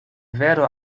vero